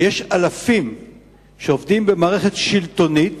שיש אלפים שעובדים במערכת שלטונית,